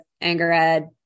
Angered